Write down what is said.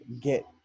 get